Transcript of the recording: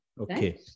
Okay